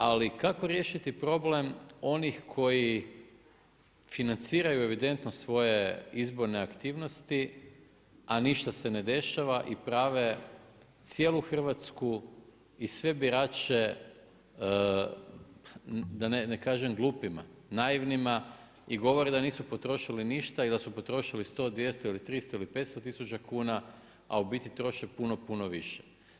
Ali kako riješiti problem onih koji financiraju evidentno svoje izborne aktivnosti a ništa se ne dešava i prave cijelu Hrvatsku i sve birače da ne kažem glupima, naivnima i govore da nisu potrošili ništa i da su potrošili 100, 200 ili 300 ili 500 tisuća kuna a u biti troše puno, puno više.